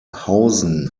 hausen